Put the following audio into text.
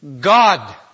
God